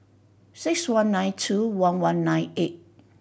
six one nine two one one nine eight